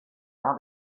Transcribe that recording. out